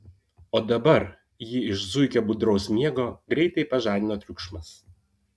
o dabar jį iš zuikio budraus miego greitai pažadino triukšmas